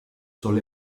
soll